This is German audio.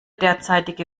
derzeitige